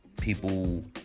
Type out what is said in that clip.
people